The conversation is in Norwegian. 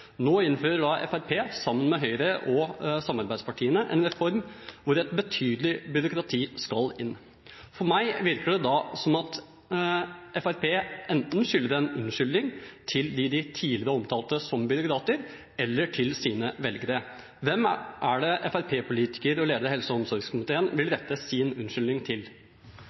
Nå innfører Fremskrittspartiet, sammen med Høyre og samarbeidspartiene, en reform hvor et betydelig byråkrati skal inn. For meg virker det da som at Fremskrittspartiet enten skylder dem som de tidligere omtalte som byråkrater, eller sine velgere, en unnskyldning. Hvem er det Fremskrittsparti-politikeren og lederen av helse- og omsorgskomiteen vil rette sin unnskyldning til?